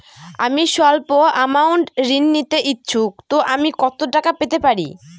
আমি সল্প আমৌন্ট ঋণ নিতে ইচ্ছুক তো আমি কত টাকা পেতে পারি?